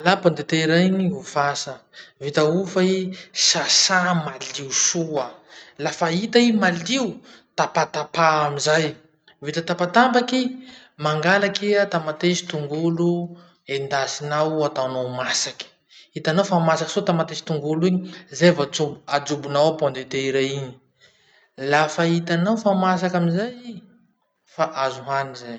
Alà pondetera iny ofasa, vita ofa i, sasà malio soa. Lafa hita i malio, tapatapaha amizay, vita tapataky i, mangalaky iha tamatesy tongolo endasinao ataonao masaky. Hitanao fa masaky soa tamatesy tongolo igny, zay vo ajo- ajobonao ao pondetera igny. Lafa hitanao fa masaky amizay i, fa azo hany zay.